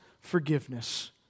forgiveness